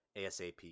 asap